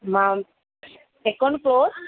मम account close